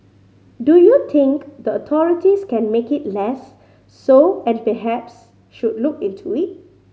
do you think the authorities can make it less so and perhaps should look into it